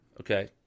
Okay